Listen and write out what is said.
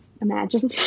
imagine